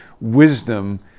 Wisdom